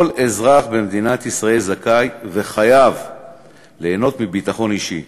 כל אזרח במדינת ישראל זכאי וחייב ליהנות מביטחון אישי.